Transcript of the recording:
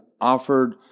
offered